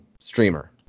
streamer